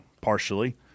partially